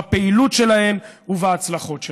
בפעילות שלהן ובהצלחות שלהן.